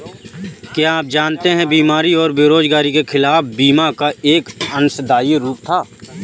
क्या आप जानते है बीमारी और बेरोजगारी के खिलाफ बीमा का एक अंशदायी रूप था?